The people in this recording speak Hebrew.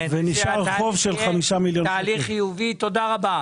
תודה רבה.